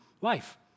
life